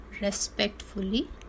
respectfully